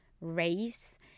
race